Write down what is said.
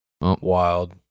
wild